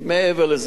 מעבר לזה,